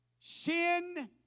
Sin